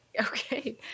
Okay